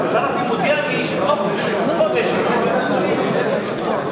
שר הפנים הודיע שבתוך חודש ייתן את התשובה,